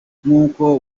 nk’uko